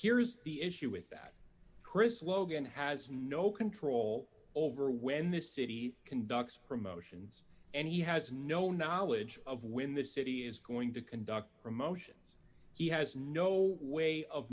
here's the issue with that chris logan has no control over when this city conducts promotions and he has no knowledge of when the city is going to conduct promotions he has no way of